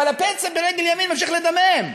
אבל הפצע ברגל ימין ממשיך לדמם.